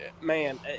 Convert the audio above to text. man